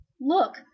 Look